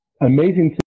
amazing